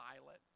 pilot